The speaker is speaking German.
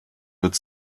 wird